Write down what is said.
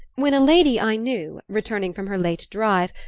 when a lady i knew, returning from her late drive,